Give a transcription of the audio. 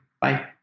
bye